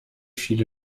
viele